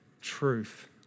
truth